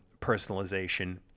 personalization